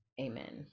amen